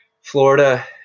Florida